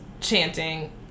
chanting